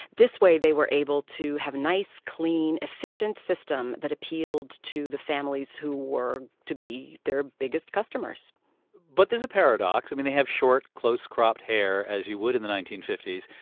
this way they were able to have a nice, clean, efficient system that appealed to the families who were to be their biggest customers but there's a paradox. i mean, they have short, close-cropped hair as you would in the nineteen fifty s,